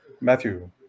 Matthew